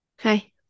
Hi